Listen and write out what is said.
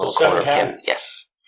yes